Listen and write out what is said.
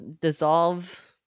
dissolve